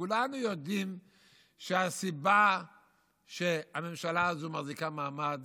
כולנו יודעים שהסיבה שהממשלה הזו מחזיקה מעמד